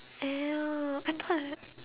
!aiyo! I thought